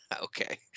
okay